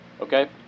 Okay